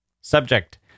Subject